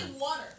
Water